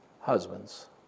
husbands